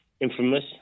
infamous